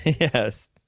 Yes